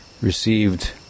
received